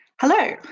Hello